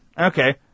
okay